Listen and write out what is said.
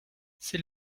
c’est